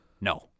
No